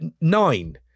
Nine